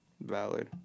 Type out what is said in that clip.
Valid